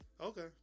Okay